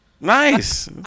Nice